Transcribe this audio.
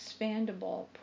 expandable